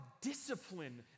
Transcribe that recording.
discipline